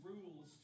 rules